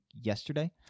yesterday